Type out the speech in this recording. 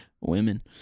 Women